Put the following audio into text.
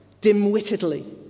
dim-wittedly